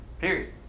Period